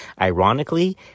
ironically